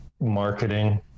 marketing